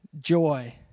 joy